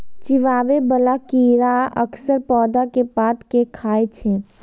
चिबाबै बला कीड़ा अक्सर पौधा के पात कें खाय छै